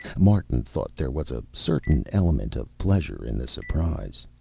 martin thought there was a certain element of pleasure in the surprise.